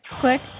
Click